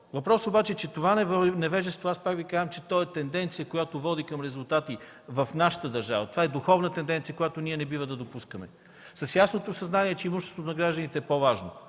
Въпросът обаче е, че това невежество, пак Ви казвам, е тенденция, която води към резултати в нашата държава. Това е духовна тенденция, която ние не бива да допускаме с ясното съзнание, че имуществото на гражданите е по-важно,